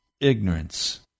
Ignorance